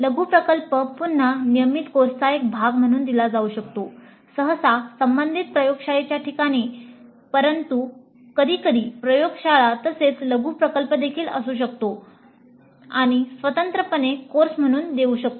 लघु प्रकल्प पुन्हा नियमित कोर्सचा एक भाग म्हणून दिला जाऊ शकतो सहसा संबंधित प्रयोगशाळेच्या ठिकाणी परंतु कधीकधी प्रयोगशाळा तसेच लघु प्रकल्प देखील असू शकतो किंवा स्वतंत्रपणे कोर्स म्हणून देऊ शकतो